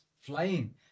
flying